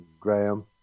Graham